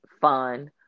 fun